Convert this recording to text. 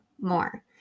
more